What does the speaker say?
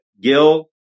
Gil